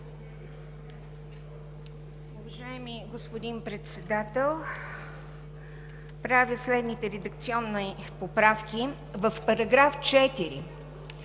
Уважаеми господин Председател, правя следните редакционни поправки. В § 4,